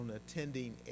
attending